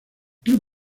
club